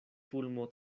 fulmo